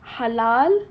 halal